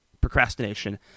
procrastination